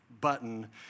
button